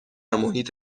محیط